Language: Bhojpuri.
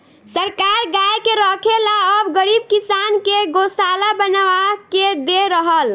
सरकार गाय के रखे ला अब गरीब किसान के गोशाला बनवा के दे रहल